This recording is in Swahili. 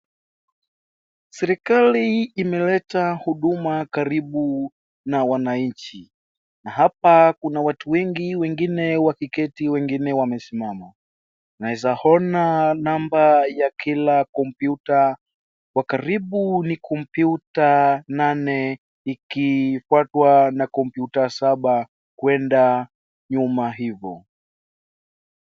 Serikali imeleta huduma karibu na wananchi. Na hapa kuna watu wengi, wengine wakiketi, wengine wamesimama. Nawezaona namba ya kila kompyuta, kwa karibu ni kompyuta nane ikifuatwa na kompyuta saba kwenda nyuma hivyo.